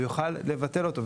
הוא יוכל לבטל אותו,